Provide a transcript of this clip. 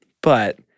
But-